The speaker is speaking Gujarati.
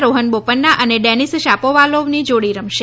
રોફન બોપન્ના અને ડેનીસ શાપોવાલોવની જોડી રમશે